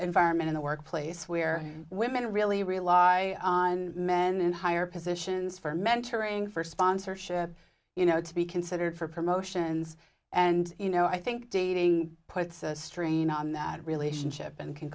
environment in the workplace where women really rely on men in higher positions for mentoring for sponsorship you know to be considered for promotions and you know i think dating puts a strain on that relationship and can